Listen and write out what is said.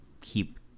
keep